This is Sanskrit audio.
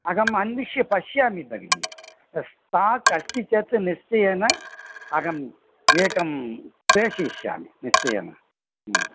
अहम् अन्विष्य पश्यामि भगिनि स्टाक् अस्ति चेत् निश्चेयेन अहम् एकं प्रेषयिष्यामि निश्चयेन